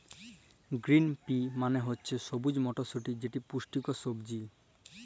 গিরিল পি মালে হছে সবুজ মটরশুঁটি যেট পুষ্টিকর সবজি